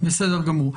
בסדר גמור.